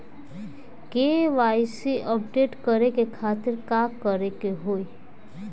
KYC update करे के खातिर का करे के होई?